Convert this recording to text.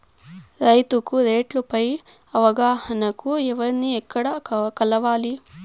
రైతుకు రేట్లు పై అవగాహనకు ఎవర్ని ఎక్కడ కలవాలి?